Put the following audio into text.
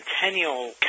centennial